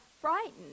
frightened